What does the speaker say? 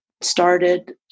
Started